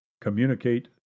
communicate